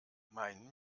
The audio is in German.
mein